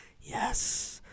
yes